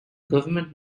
government